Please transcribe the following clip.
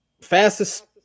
Fastest